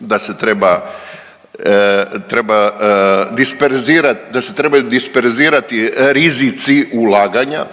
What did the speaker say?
da se trebaju disperzirati rizici ulaganja,